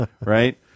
right